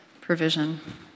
provision